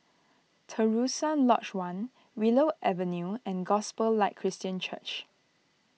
Terusan Lodge one Willow Avenue and Gospel Light Christian Church